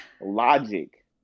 Logic